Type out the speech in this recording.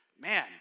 man